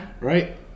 right